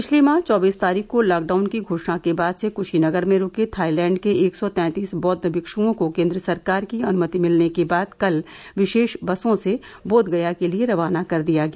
पिछले माह चौबीस तारीख को लॉकडाउन की घोषणा के बाद से क्शीनगर में रूके थाईलैंड के एक सौ तैंतीस बौद्व भिक्ष्ओं को केंद्र सरकार की अनुमति मिलने के बाद कल विशेष बसों से बोधगया के लिए रवाना कर दिया गया